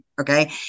okay